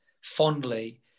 fondly